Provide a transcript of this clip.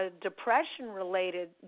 Depression-related